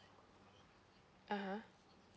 (uh huh)